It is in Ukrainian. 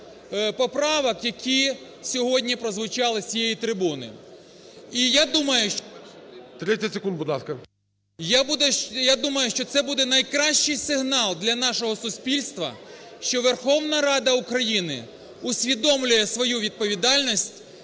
Я думаю, що це буде найкращий сигнал для нашого суспільства, що Верховна Рада України усвідомлює свою відповідальність